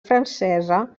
francesa